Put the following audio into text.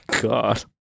god